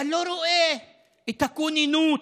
אתה לא רואה את הכוננות